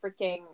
freaking